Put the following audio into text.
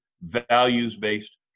values-based